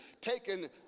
taken